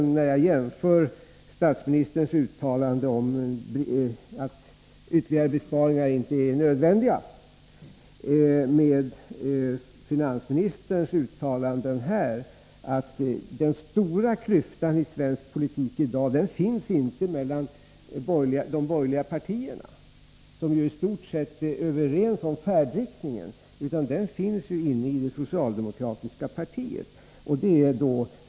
När jag jämför statsministerns uttalande om att ytterligare besparingar inte är nödvändiga med finansministerns uttalanden här drar jag den slutsatsen att den stora klyftan i svensk politik inte finns mellan de borgerliga partierna — som i stort sett är överens om färdriktningen — utan inne i det socialdemokratiska partiet.